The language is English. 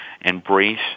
embrace